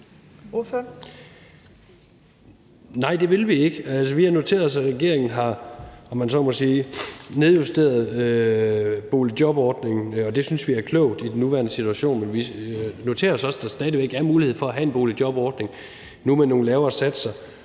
Nej, det vil vi ikke. Vi har noteret os, at regeringen har, om man så må sige, nedjusteret boligjobordningen, og det synes vi er klogt i den nuværende situation. Men vi noterer os også, at der stadig væk er mulighed for at have en boligjobordning, nu med nogle lavere satser.